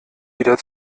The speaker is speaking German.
wieder